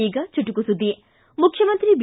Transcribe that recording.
ಈಗ ಚುಟುಕು ಸುದ್ದಿ ಮುಖ್ಯಮಂತ್ರಿ ಬಿ